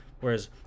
Whereas